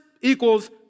equals